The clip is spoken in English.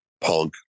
punk